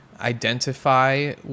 identify